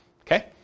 Okay